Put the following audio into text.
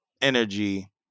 Energy